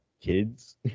kids